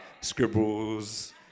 Scribbles